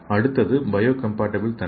அடுத்தது பயோகம்பாடிபிள் தன்மை